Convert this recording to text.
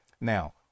Now